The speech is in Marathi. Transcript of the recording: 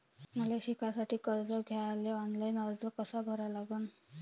मले शिकासाठी कर्ज घ्याले ऑनलाईन अर्ज कसा भरा लागन?